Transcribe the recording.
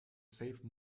save